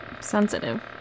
sensitive